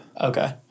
okay